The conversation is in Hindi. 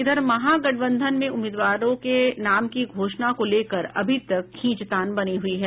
इधर महागठबंधन में उम्मीदवारों के नाम की घोषणा को लेकर अभी तक खींचतान बनी हुई है